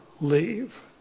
leave